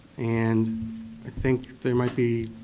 and i think there might be,